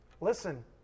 listen